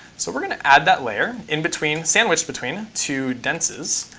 so we're going to add that layer in between, sandwiched between two denses.